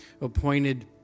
appointed